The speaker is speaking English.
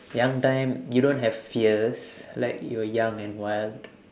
young time you don't have fears like you are young and wild